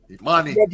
Imani